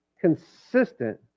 consistent